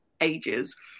ages